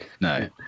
no